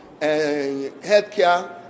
healthcare